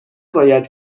باید